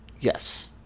Yes